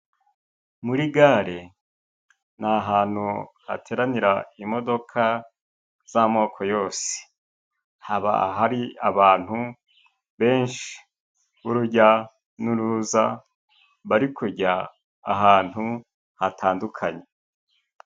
Muri gare ni ahantu hateranira imodoka z'amoko yose, haba hari abantu benshi b'urujya n'uruza bari kujya ahantu hatandukanye.